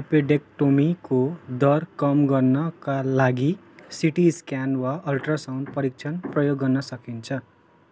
एपेन्डेक्टोमीको दर कम गर्नाका लागि सिटी स्क्यान वा अल्ट्रासाउन्ड परीक्षण प्रयोग गर्न सकिन्छ